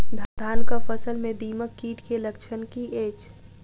धानक फसल मे दीमक कीट केँ लक्षण की अछि?